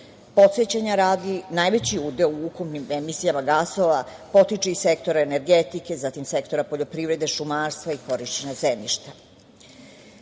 Podsećanja radi, najveći udeo u ukupnim emisijama gasova potiče iz sektora energetike, zatim sektora poljoprivrede, šumarstva i korišćenja